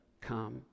come